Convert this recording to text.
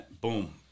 boom